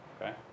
okay